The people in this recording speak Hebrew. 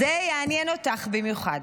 זה יעניין אותך במיוחד,